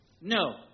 No